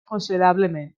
considerablement